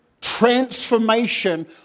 transformation